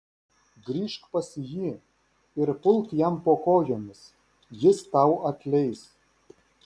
grįžk pas jį ir pulk jam po kojomis jis tau atleis